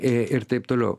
e taip toliau